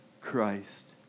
Christ